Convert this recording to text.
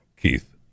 Keith